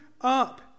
up